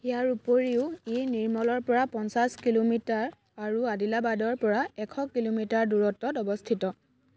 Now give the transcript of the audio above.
ইয়াৰ উপৰিও ই নিৰ্মলৰপৰা পঞ্চাছ কিলোমিটাৰ আৰু আদিলাবাদৰপৰা এশ কিলোমিটাৰ দূৰত্বত অৱস্থিত